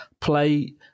play